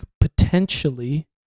potentially